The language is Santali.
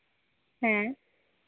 ᱦᱮᱸ